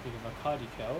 to the car decal